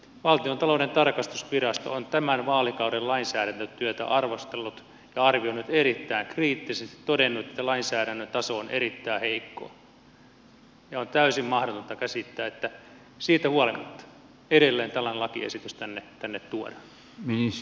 valtiontalouden tarkastusvirasto on tämän vaalikauden lainsäädäntötyötä arvostellut ja arvioinut erittäin kriittisesti ja todennut että lainsäädännön taso on erittäin heikkoa ja on täysin mahdotonta käsittää että siitä huolimatta edelleen tällainen lakiesitys tänne tuodaan